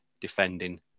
defending